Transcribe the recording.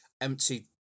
empty